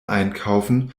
einkaufen